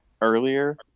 earlier